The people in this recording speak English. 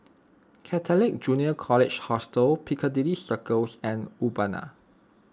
Catholic Junior College Hostel Piccadilly Circus and Urbana